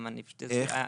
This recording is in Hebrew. איך?